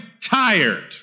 tired